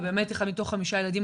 ובאמת אחד מתוך חמישה ילדים,